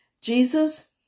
Jesus